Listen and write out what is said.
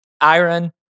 iron